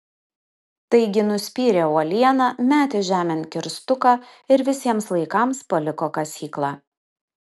taigi nuspyrė uolieną metė žemėn kirstuką ir visiems laikams paliko kasyklą